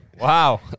Wow